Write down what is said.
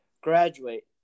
graduate